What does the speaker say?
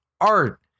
art